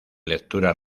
lectura